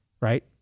right